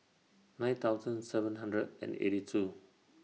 nine thousand seven hundred and eighty two